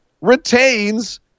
retains